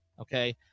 Okay